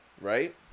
right